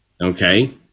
Okay